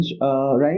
right